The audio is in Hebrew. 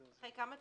אחרי כמה תלונות,